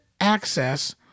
access